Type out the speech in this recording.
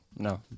No